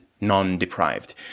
non-deprived